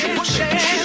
pushing